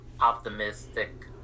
optimistic